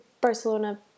Barcelona